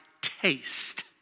taste